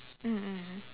mm mm mm